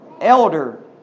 elder